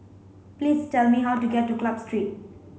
please tell me how to get to Club Street